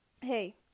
hey